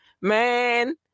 Man